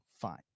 fine